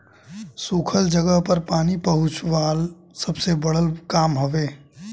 सुखल जगह पर पानी पहुंचवाल सबसे बड़ काम हवे